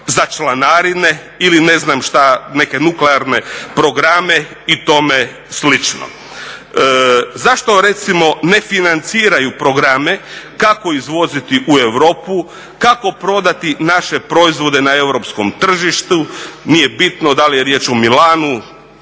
za članarice ili ne znam šta, neke nuklearne programe i tome slično. Zašto recimo ne financiraju programe kako izvoziti u Europu, kako prodati naše proizvode na europskom tržištu. Nije bitno da li je riječ o Milanu,